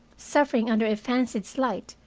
suffering under a fancied slight,